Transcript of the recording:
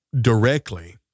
directly